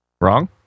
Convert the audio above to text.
Wrong